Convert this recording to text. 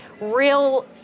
real